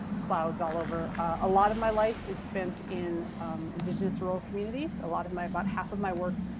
clouds all over. a lot of my life is spent in indigenous rural communities. a lot of my, about half of my work,